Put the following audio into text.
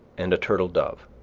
and a turtle dove,